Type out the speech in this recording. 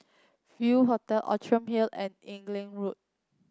View Hotel Outram Hill and Inglewood